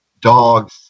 dogs